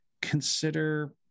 consider